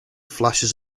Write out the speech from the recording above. flashes